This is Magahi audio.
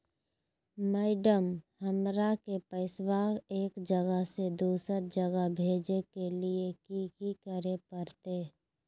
मैडम, हमरा के पैसा एक जगह से दुसर जगह भेजे के लिए की की करे परते?